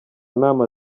nama